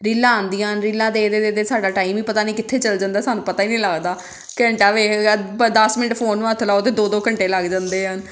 ਰੀਲਾਂ ਆਉਂਦੀਆਂ ਰੀਲਾਂ ਦੇਖਦੇ ਦੇਖਦੇ ਸਾਡਾ ਟਾਈਮ ਹੀ ਪਤਾ ਨਹੀਂ ਕਿੱਥੇ ਚੱਲ ਜਾਂਦਾ ਸਾਨੂੰ ਪਤਾ ਹੀ ਨਹੀਂ ਲੱਗਦਾ ਘੰਟਾ ਵੇਖ ਲਿਆ ਪ ਦਸ ਮਿੰਟ ਫੋਨ ਨੂੰ ਹੱਥ ਲਾਉ ਤਾਂ ਦੋ ਦੋ ਘੰਟੇ ਲੱਗ ਜਾਂਦੇ ਆ